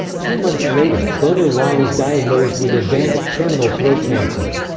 two months later, bonar law was diagnosed with advanced, terminal throat cancer.